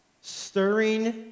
stirring